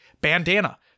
Bandana